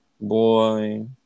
boy